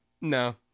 No